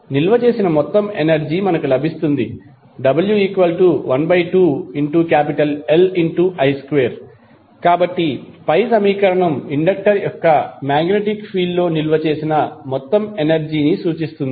నిల్వ చేసిన మొత్తం ఎనర్జీ మనకు లభిస్తుంది w12Li2 కాబట్టి పై సమీకరణం ఇండక్టర్ యొక్క మాగ్నెటిక్ ఫీల్డ్ లో నిల్వ చేసిన మొత్తం ఎనర్జీ ని సూచిస్తుంది